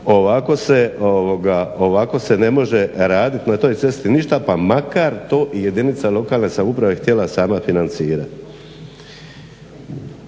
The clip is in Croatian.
ovako se ne može radit na toj cesti ništa pa makar to i jedinica lokalne samouprave htjela sama financirati.